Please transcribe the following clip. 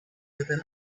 within